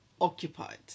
occupied